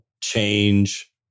change